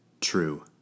True